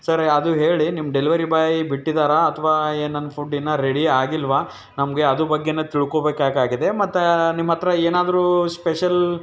sir ರೇ ಅದು ಹೇಳಿ ನಿಮ್ಮ ಡೆಲಿವರಿ ಬಾಯಿ ಬಿಟ್ಟಿದ್ದಾರ ಅಥ್ವಾ ಏನು ನನ್ನ ಫುಡ್ ಇನ್ನೂ ರೆಡಿ ಆಗಿಲ್ವ ನಮಗೆ ಅದು ಬಗ್ಗೆಯೂ ತಿಳ್ಕೊಳ್ಬೇಕಾಗಿದೆ ಮತ್ತು ನಿಮ್ಮ ಹತ್ತಿರ ಏನಾದರೂ ಸ್ಪೆಷಲ್